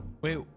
Wait